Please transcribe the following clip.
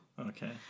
Okay